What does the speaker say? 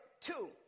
two